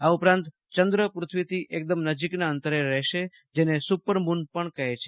આ ઉપરાંત ચંદ્ર પૃથ્વીથી એકદમ નજીકના અંતરે રહેશે જેને સુપર મૂન પજ્ઞ કહે છે